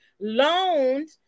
loaned